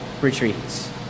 retreats